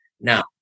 Now